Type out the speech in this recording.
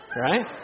right